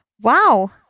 Wow